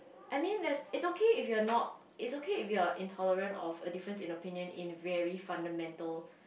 I mean ther's it's okay if you are not it's okay if you are intolerant of a difference in opinion in very fundamental